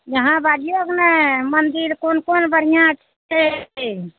यहाँ बाजिऔ ने मन्दिर कोन कोन बढ़िआँ छै एहिठिन